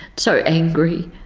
so angry.